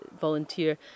volunteer